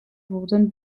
wurden